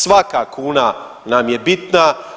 Svaka kuna nam je bitna.